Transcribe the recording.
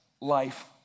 life